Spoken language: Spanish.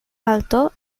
alto